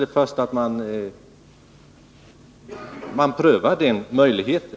Det viktiga är väl att pröva den möjligheten.